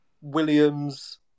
Williams